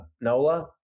NOLA